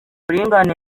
uburinganire